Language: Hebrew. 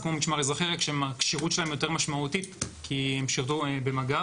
זה כמו משמר אזרחי רק שהכשירות שלהם יותר משמעותית כי הם שירתו במג"ב.